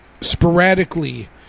sporadically